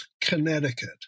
Connecticut